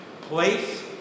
Place